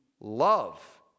love